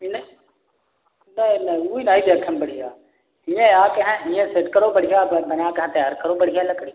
ई नय नहीं नहीं उइ नाइ देखै में बढ़िया हिऐं आके हैं हिऐं सेट करो बढ़िया बना के हाँ तैयार करो बढ़िया लकड़ी